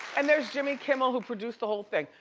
and there's jimmy kimmel, who produced the whole thing.